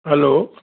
hello